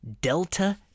Delta